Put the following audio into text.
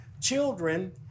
Children